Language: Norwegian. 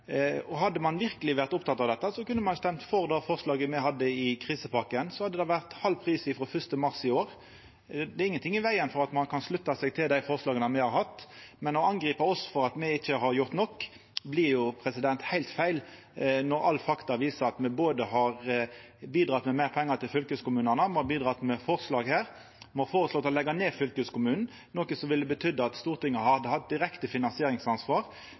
Hadde ein verkeleg vore oppteken av dette, kunne ein røysta for det forslaget me hadde i krisepakka. Då hadde det vore halv pris frå 1. mars i år. Det er ingen ting i vegen for at ein kan slutta seg til dei forslaga me har hatt, men å angripa oss for at me ikkje har gjort nok, blir heilt feil når alle fakta viser at me både har bidratt med meir pengar til fylkeskommunane, me har bidratt med forslag her, og me har føreslått å leggja ned fylkeskommunen, noko som ville betydd at Stortinget hadde hatt direkte finansieringsansvar.